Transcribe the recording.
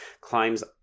climbs